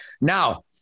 Now